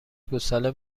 گوساله